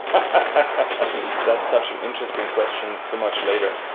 ah that's such an interesting question so much later.